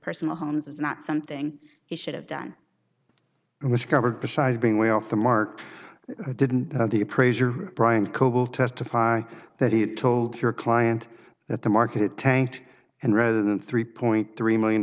personal homes is not something he should have done and this cover besides being way off the mark didn't have the appraiser brian coble testify that he told your client that the market tanked and rather than three point three million